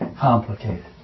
complicated